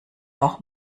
auch